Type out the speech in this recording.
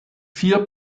vier